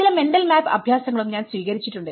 ചില mental map അഭ്യാസങ്ങളും ഞാൻ സ്വീകരിച്ചിട്ടുണ്ട്